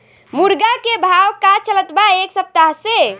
मुर्गा के भाव का चलत बा एक सप्ताह से?